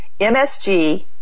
MSG